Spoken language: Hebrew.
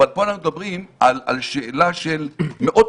אבל פה אנחנו מדברים על שאלה מאוד קונקרטית,